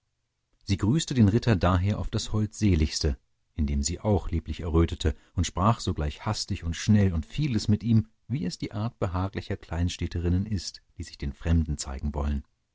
sie grüßte den ritter daher auf das holdseligste indem sie auch lieblich errötete und sprach sogleich hastig und schnell und vieles mit ihm wie es die art behaglicher kleinstädterinnen ist die sich den fremden zeigen wollen